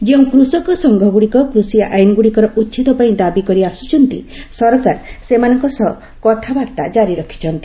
ଯେଉଁ କୃଷକ ସଂଘ ଗୁଡ଼ିକ କୃଷି ଆଇନ୍ଗୁଡ଼ିକର ଉଚ୍ଛେଦ ପାଇଁ ଦାବି କରି ଆସୁଚ୍ଚନ୍ତି ସରକାର ସେମାନଙ୍କ ସହ କଥାବାର୍ତ୍ତା ଜାରି ରଖିଛନ୍ତି